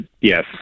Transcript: Yes